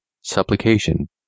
supplication